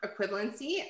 equivalency